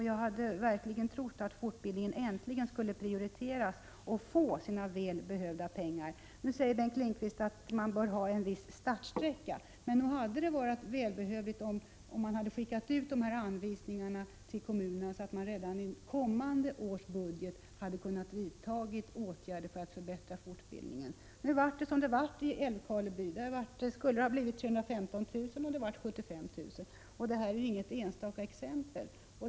Jag hade faktiskt trott att fortbildningen äntligen skulle prioriteras och få sina välbehövliga pengar. Bengt Lindqvist säger att man bör ha en viss startsträcka, men nog hade det varit välbetänkt om man hade skickat ut anvisningarna till kommunerna så att de redan i kommande års budget hade kunnat vidta åtgärder för att förbättra fortbildningen. Nu blev det som det blev i Älvkarleby —75 000 kr. i stället för 315 000 kr. Och det är inget enstaka exempel.